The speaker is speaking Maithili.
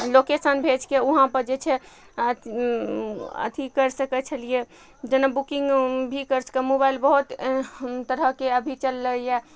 लोकेशन भेजके उहाँपर जे छै अथी करि सकय छलियै जेना बुकिंग भी करि सकय मोबाइल बहुत तरहके अभी चललइ यऽ